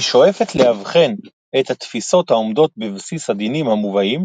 היא שואפת לאבחן את התפיסות העומדות בבסיס הדינים המובאים,